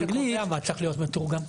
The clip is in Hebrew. יש חוק שקובע מה צריך להיות מתורגם.